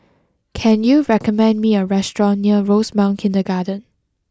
can you recommend me a restaurant near Rosemount Kindergarten